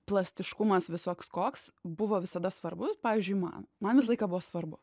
plastiškumas visoks koks buvo visada svarbus pavyzdžiui man man visą laiką buvo svarbu